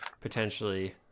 potentially –